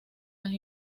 las